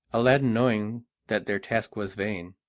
aladdin, knowing that their task was vain,